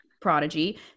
Prodigy